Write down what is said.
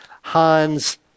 Hans